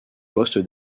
poste